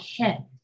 head